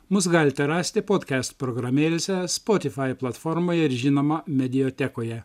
mus galite rasti podkest programėlėse spotify platformoje ir žinoma mediatekoje